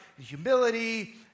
humility